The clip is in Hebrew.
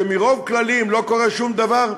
שמרוב כללים לא קורה שום דבר,